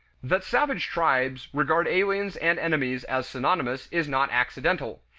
that savage tribes regard aliens and enemies as synonymous is not accidental.